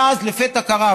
ואז לפתע קרה,